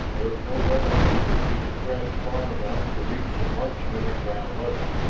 there was no weapon which could be depressed far enough to reach the marksmen at ground level.